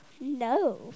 No